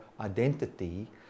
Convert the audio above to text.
identity